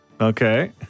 Okay